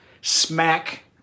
smack